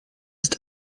ist